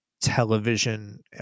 television